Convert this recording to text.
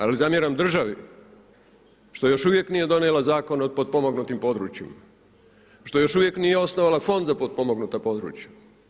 Ali zamjeram državi što još uvijek nije donijela Zakona o potpomognutim područjima, što još uvijek nije osnovala fond za potpomognuta područja.